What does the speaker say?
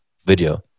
video